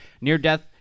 Near-death